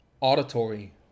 auditory